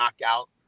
knockout